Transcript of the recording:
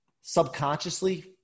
subconsciously